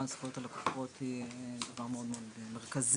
על זכויות הלקוחות היא דבר מאוד מרכזי.